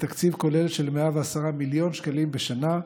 בתקציב כולל של 110 מיליון שקלים בשנה,